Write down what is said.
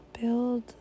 Build